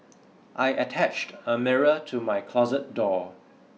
I attached a mirror to my closet door